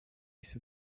use